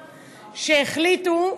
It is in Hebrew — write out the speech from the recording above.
שהחליטו,